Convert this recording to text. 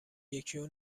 یکیو